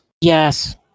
Yes